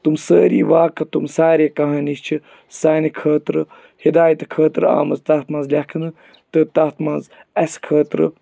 تِم سٲری واقعہٕ تِم سارے کہانی چھِ سانہِ خٲطرٕ ہدایتہٕ خٲطرٕ آمٕژ تَتھ منٛز لیٚکھنہٕ تہٕ تَتھ منٛز اَسہِ خٲطرٕ